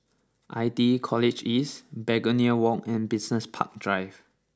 I T E College East Begonia Walk and Business Park Drive